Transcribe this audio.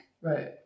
Right